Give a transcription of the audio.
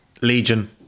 Legion